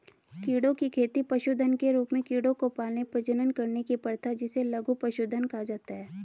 कीड़ों की खेती पशुधन के रूप में कीड़ों को पालने, प्रजनन करने की प्रथा जिसे लघु पशुधन कहा जाता है